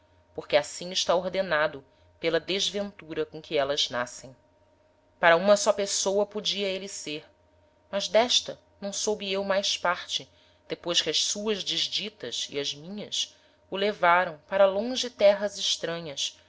porque assim está ordenado pela desventura com que élas nascem para uma só pessoa podia êle ser mas d'esta não soube eu mais parte depois que as suas desditas e as minhas o levaram para longes terras estranhas